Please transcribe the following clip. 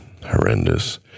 horrendous